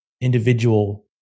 individual